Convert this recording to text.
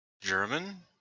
German